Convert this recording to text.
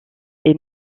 est